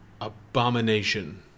Abomination